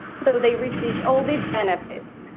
so they received all these benefits,